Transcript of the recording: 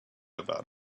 about